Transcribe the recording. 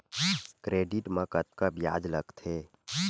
Credit मा कतका ब्याज लगथे?